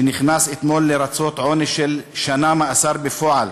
שנכנס אתמול לרצות עונש של שנה מאסר בפועל,